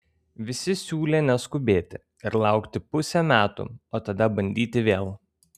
visi siūlė neskubėti ir laukti pusė metų o tada bandyti vėl